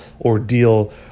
ordeal